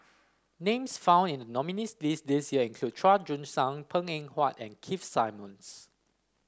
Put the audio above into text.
names found in the nominees' list this year include Chua Joon Siang Png Eng Huat and Keith Simmons